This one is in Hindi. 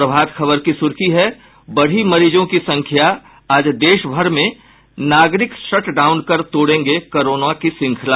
प्रभात खबर की सुर्खी है बढ़ी मरीजों की संख्या आज देशभर में नागरिक शट डाउन कर तोडेंगे कोरोना की श्रृंखला